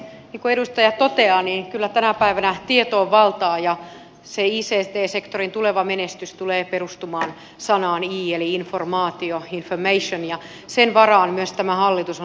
niin kuin edustaja toteaa kyllä tänä päivänä tieto on valtaa ja ict sektorin tuleva menestys tulee perustumaan kirjaimeen i eli informaatio information ja sen varaan myös tämä hallitus on laskemassa